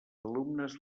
alumnes